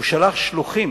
הוא שלח שלוחים